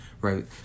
right